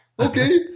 Okay